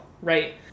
right